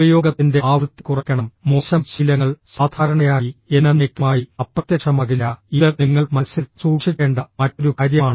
ഉപയോഗത്തിന്റെ ആവൃത്തി കുറയ്ക്കണം മോശം ശീലങ്ങൾ സാധാരണയായി എന്നെന്നേക്കുമായി അപ്രത്യക്ഷമാകില്ല ഇത് നിങ്ങൾ മനസ്സിൽ സൂക്ഷിക്കേണ്ട മറ്റൊരു കാര്യമാണ്